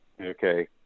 Okay